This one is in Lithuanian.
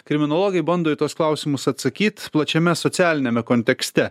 kriminologai bando į tuos klausimus atsakyt plačiame socialiniame kontekste